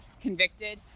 convicted